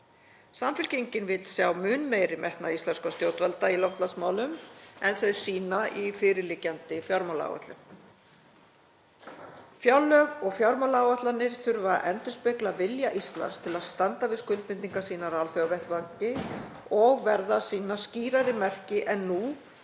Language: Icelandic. Samfylkingin vill sjá mun meiri metnað íslenskra stjórnvalda í loftslagsmálum en þau sýna í fyrirliggjandi fjármálaáætlun. Fjárlög og fjármálaáætlanir þurfa að endurspegla vilja Íslands til að standa við skuldbindingar sínar á alþjóðavettvangi og verða að sýna skýrari merki en nú